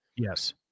Yes